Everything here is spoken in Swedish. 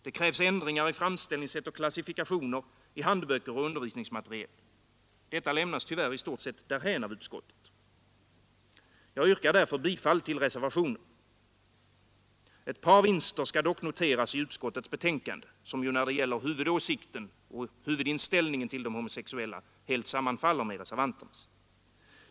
Det krävs ändringar i framställningssätt och klassifikationer i handböcker och undervisningsmateriel. Detta lämnas tyvärr i stort sett därhän av utskottet. Jag yrkar därför bifall till reservationen. Ett par vinster i utskottets betänkande skall dock noteras. När det gäller huvudinställningen till de homosexuella sammanfaller ju utskottets uppfattning med reservantens.